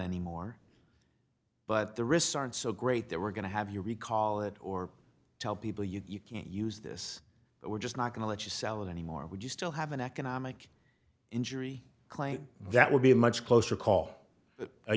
anymore but the risks aren't so great that we're going to have you recall it or tell people you can't use this that we're just not going to let you sell it anymore would you still have an economic injury claim that would be a much closer call